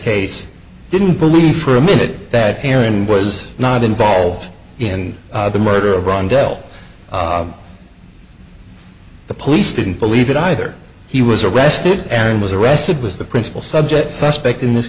case didn't believe for a minute that karen was not involved in the murder of ron del the police didn't believe it either he was arrested and was arrested was the principal subject suspect in this